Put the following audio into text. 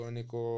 Nico